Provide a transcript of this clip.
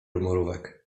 mrówek